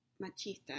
machista